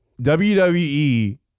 WWE